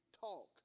talk